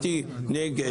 נגד,